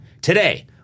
today